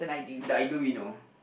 the ideal we know